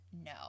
No